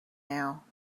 now